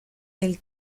del